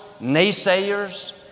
naysayers